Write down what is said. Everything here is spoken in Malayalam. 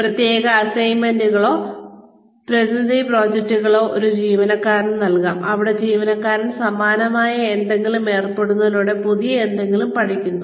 പ്രത്യേക അസൈൻമെന്റുകളോ പ്രതിനിധി പ്രോജക്ടുകളോ ഒരു ജീവനക്കാരന് നൽകാം അവിടെ ജീവനക്കാരൻ സമാനമായ എന്തിലെങ്കിലും ഏർപ്പെടുന്നതിലൂടെ പുതിയ എന്തെങ്കിലും പഠിക്കുന്നു